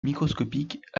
microscopiques